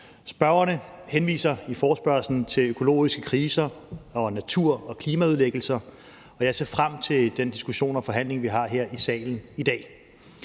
Forespørgerne henviser i forespørgslen til økologiske kriser og natur- og klimaødelæggelser, og jeg ser frem til den diskussion og forhandling, vi skal have her i salen i dag.